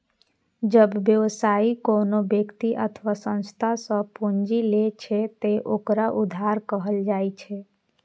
जब व्यवसायी कोनो व्यक्ति अथवा संस्था सं पूंजी लै छै, ते ओकरा उधार कहल जाइ छै